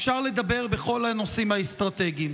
אפשר לדבר על כל הנושאים האסטרטגיים.